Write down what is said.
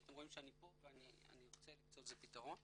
אתם רואים שאני פה ואני רוצה למצוא לזה פתרון,